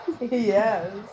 Yes